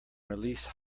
release